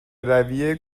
روی